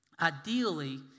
ideally